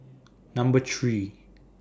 Number three